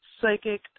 psychic